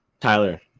Tyler